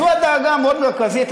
זו הדאגה המאוד-מרכזית,